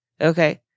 okay